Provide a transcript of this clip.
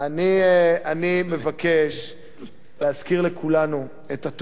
אני מבקש להזכיר לכולנו את התאונה